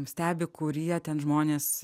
stebi kurie ten žmonės